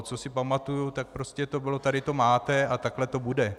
Co si pamatuji, tak prostě to bylo: tady to máte a takhle to bude.